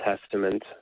Testament